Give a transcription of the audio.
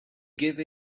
give